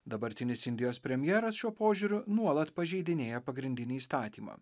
dabartinis indijos premjeras šiuo požiūriu nuolat pažeidinėja pagrindinį įstatymą